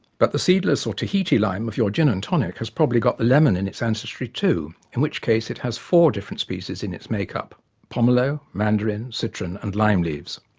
but the seedless or tahiti lime of your gin-and-tonic has probably got the lemon in its ancestry too in which case it has four different species in its makeup pomelo, mandarin, citron and lime-leaves.